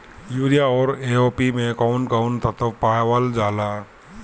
Urea औरी AOP मै कौवन कौवन तत्व पावल जाला?